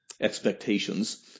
expectations